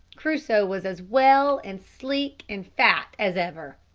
crusoe was as well, and sleek, and fat as ever.